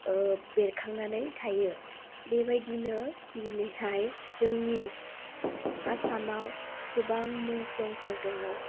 बेरखांनानै थायो बेबायदिनो दिनैहाय जोंनि आसामआव गोबां मुंख्लंफोर दङ